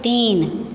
तीन